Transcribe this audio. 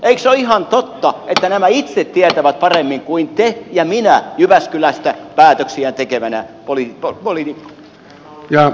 eikö ole ihan totta että nämä itse tietävät paremmin kuin te ja minä jyväskylästä päätöksiä tekevinä poliitikkoina